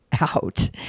out